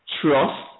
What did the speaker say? trust